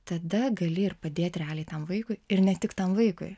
tada gali ir padėt realiai tam vaikui ir ne tik tam vaikui